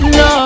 no